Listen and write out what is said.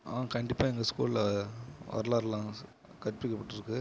கண்டிப்பாக எங்கள் ஸ்கூலில் வரலாறு எல்லாம் கற்பிக்கப்பட்டுருக்கு